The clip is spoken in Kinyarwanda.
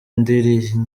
indiri